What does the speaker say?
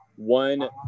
One